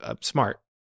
smart